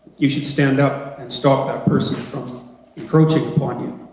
you should stand up and stop that person from encroaching upon you.